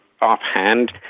Offhand